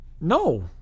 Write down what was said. no